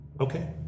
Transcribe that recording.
Okay